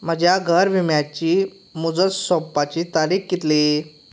म्हज्या घर विम्याची मुजत सोंपपाची तारीख कितली